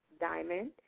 diamond